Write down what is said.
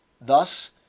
Thus